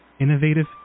innovative